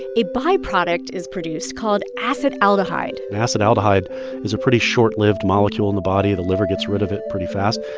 a byproduct is produced called acid aldehyde and acid aldehyde is a pretty short-lived molecule in the body. the liver gets rid of it pretty fast.